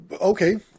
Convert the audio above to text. Okay